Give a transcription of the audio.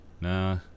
Nah